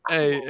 Hey